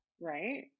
right